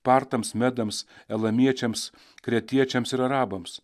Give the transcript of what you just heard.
partams medams elamiečiams kretiečiams ir arabams